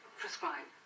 prescribe